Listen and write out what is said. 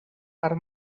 per